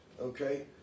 Okay